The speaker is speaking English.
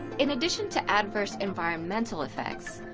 in addition to adverse environmental effects,